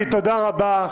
תודה רבה לחבר הכנסת האוזר.